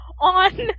on